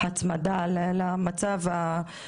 השיח עם הציבור היה פורה מאוד,